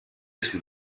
sul